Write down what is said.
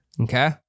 Okay